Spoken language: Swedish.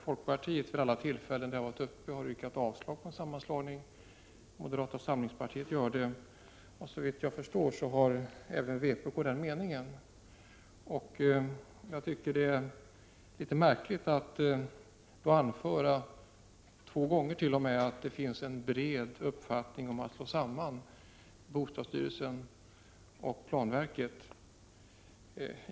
Folkpartiet har vid alla tillfällen då frågan varit uppe yrkat avslag på sammanslagningen. Moderata samlingspartiet gör det, och såvitt jag förstår har även vpk den meningen. Jag tycker det är litet märkligt att då t.o.m. två gånger anföra att det finns en bred majoritet för att slå samman bostadsstyrelsen och planverket.